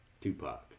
Tupac